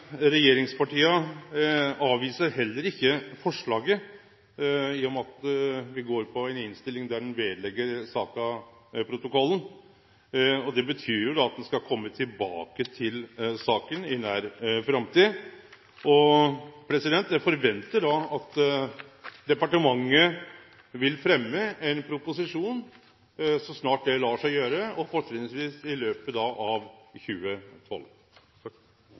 regjeringspartia heller ikkje avviser forslaget, i og med at me går for ei innstilling der ein legg saka ved protokollen. Det betyr at ein skal kome tilbake til saka i nær framtid. Eg forventar da at departementet vil fremme ein proposisjon så snart det lèt seg gjere, og fortrinnsvis i løpet av 2012.